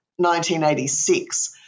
1986